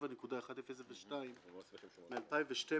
7.1002 מ-2012,